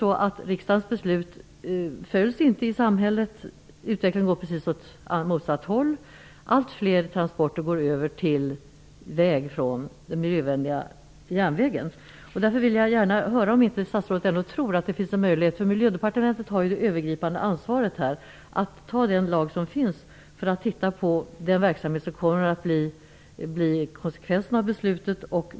Riksdagens beslut följs inte av samhället. Utvecklingen går precis åt motsatt håll. Allt fler transporter går över från den miljövänliga järnvägen till vägar. Därför vill jag gärna höra om inte statsrådet tror att det finns en möjlighet att tillämpa den lag som finns för att miljöpröva den verksamhet som blir konsekvensen av beslutet.